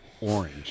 orange